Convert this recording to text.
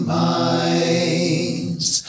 minds